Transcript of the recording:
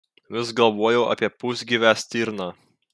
vis galvojau apie pusgyvę stirną